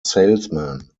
salesman